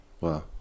Wow